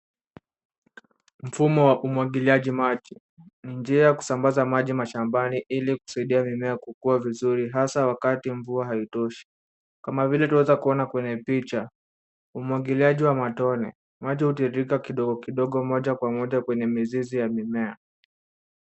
Mfumo wa umwagiliaji maji. Njia ya kusambaza maji mashambani ili kusaidia mimea kukua vizuri, hasa wakati mvua haitoshi. Kama vile tunaweza kuona kwenye picha, umwagiliaji wa matone. Maji hutiririka kidogo kidogo, moja kwa moja kwenye mizizi ya mimea.